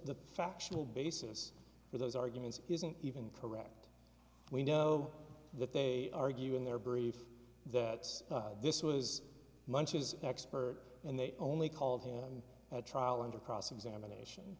the factual basis for those arguments isn't even correct we know that they argue in their brief that this was munches expert and they only called him at trial under cross examination